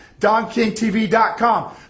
DonKingTV.com